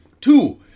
Two